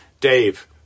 Dave